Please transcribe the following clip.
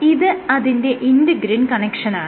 ഇത് അതിന്റെ ഇന്റെഗ്രിൻ കണക്ഷനാണ്